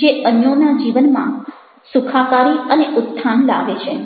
જે અન્યોના જીવનમાં સુખાકારી અને ઉત્થાન લાવે છે